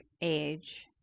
age